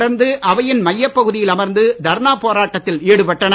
தொடர்ந்து அவையின் மையப்பகுதியில் அமர்ந்து தர்ணா போராட்டத்தில் ஈடுபட்டனர்